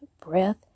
breath